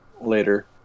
Later